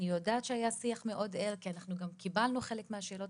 אני יודעת שהיה שיח מאוד ער כי אנחנו גם קיבלנו חלק מהשאלות